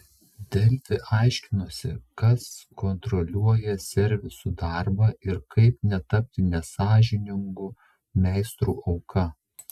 delfi aiškinosi kas kontroliuoja servisų darbą ir kaip netapti nesąžiningų meistrų auka